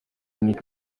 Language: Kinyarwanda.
nic